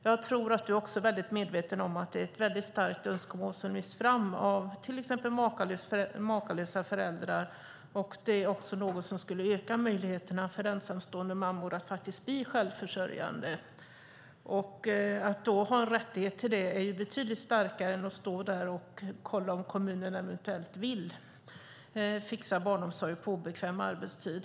Jag tror att du också är medveten om att det är ett starkt önskemål som lyfts fram av till exempel Makalösa Föräldrar. Det är också något som skulle öka möjligheterna för ensamstående mammor att bli självförsörjande. En rättighet är betydligt starkare än om kommunerna eventuellt vill fixa barnomsorg på obekväm arbetstid.